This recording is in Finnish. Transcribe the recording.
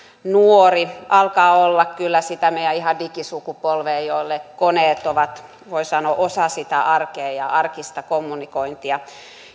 nuori alkaa kyllä olla ihan sitä meidän digisukupolvea jolle koneet ovat voi sanoa osa arkea ja arkista kommunikointia